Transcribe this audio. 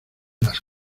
las